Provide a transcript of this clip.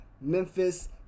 Memphis